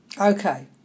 Okay